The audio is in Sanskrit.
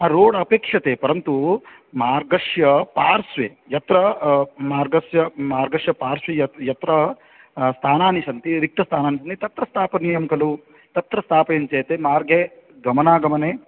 रोड् अपेक्ष्यते परन्तु मार्गस्य पार्श्वे यत्र मार्गस्य मार्गस्य पार्श्वे यत् यत्र स्थानानि सन्ति रिक्तस्थानानि तत्र स्थापनीयं खलु तत्र स्थापयन्ति चेत् मार्गे गमनागमने